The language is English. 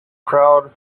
crowd